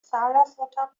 sarasota